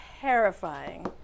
terrifying